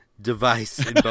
device